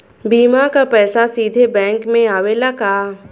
बीमा क पैसा सीधे बैंक में आवेला का?